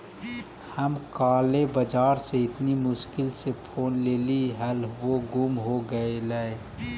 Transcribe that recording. हम काले बाजार से इतनी मुश्किल से फोन लेली हल वो गुम हो गेलई